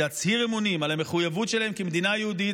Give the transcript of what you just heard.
להצהיר אמונים על המחויבות שלהם למדינה היהודית,